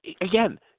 Again